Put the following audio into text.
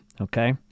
okay